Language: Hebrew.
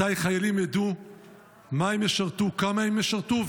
מתי חיילים ידעו כמה הם ישרתו,